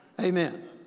Amen